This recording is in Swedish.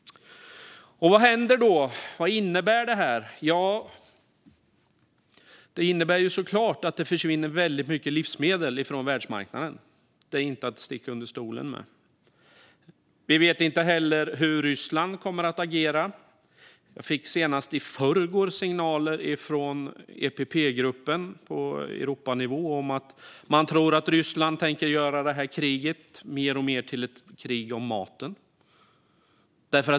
Vad innebär då detta? Det innebär såklart att det försvinner väldigt mycket livsmedel från världsmarknaden; det är inget att sticka under stol med. Vi vet inte heller hur Ryssland kommer att agera. Jag fick senast i förrgår signaler från EPP-gruppen på Europanivå om att man tror att Ryssland tänker göra det här kriget mer och mer till ett krig om maten.